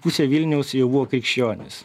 pusė vilniaus jau buvo krikščionys